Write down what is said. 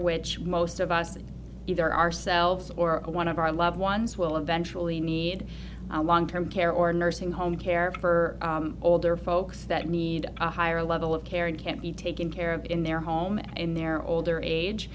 which most of us either ourselves or one of our loved ones will eventually need long term care or nursing home care for older folks that need a higher level of care and can't be taken care of in their home in their older age